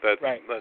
right